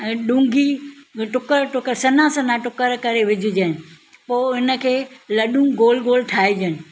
ऐं डुंगी जीअं टुक टुक सन्हा सन्हा करे विझिजे पोइ हिन खे लॾूं गोल गोल ठाहिजे